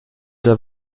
der